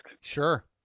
sure